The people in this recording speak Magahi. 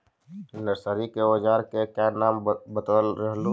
नरसरी के ओजार के क्या नाम बोलत रहलू?